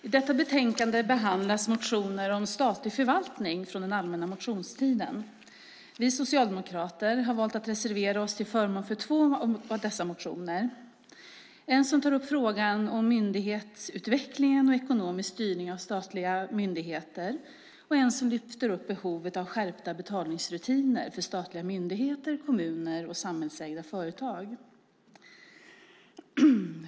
I detta betänkande behandlas motioner om statlig förvaltning från den allmänna motionstiden. Vi socialdemokrater har valt att reservera oss till förmån för två av dessa motioner. En tar upp frågan om myndighetsutveckling och ekonomisk styrning av statliga myndigheter, och en lyfter upp behovet av skärpta betalningsrutiner för statliga myndigheter, kommuner och samhällsägda företag.